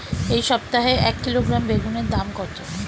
এই সপ্তাহে এক কিলোগ্রাম বেগুন এর দাম কত?